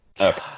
Okay